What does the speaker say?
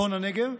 מצפון הנגב,